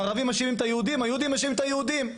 הערבים מאשימים את היהודים והיהודים מאשימים את היהודים.